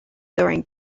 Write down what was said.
during